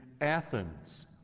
Athens